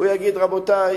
הוא יגיד: רבותי,